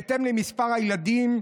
בהתאם למספר הילדים".